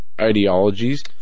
ideologies